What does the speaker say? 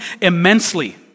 immensely